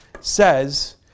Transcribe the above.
says